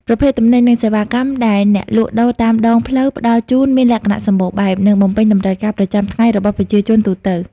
ប្រភេទទំនិញ និងសេវាកម្មដែលអ្នកលក់ដូរតាមដងផ្លូវផ្តល់ជូនមានលក្ខណៈសម្បូរបែប និងបំពេញតម្រូវការប្រចាំថ្ងៃរបស់ប្រជាជនទូទៅ ។